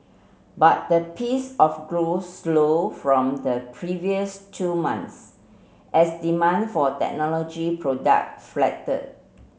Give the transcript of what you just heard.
but the peace of growth slow from the previous two months as demand for technology product